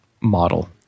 model